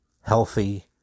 healthy